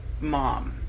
mom